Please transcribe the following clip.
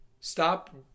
Stop